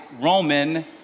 Roman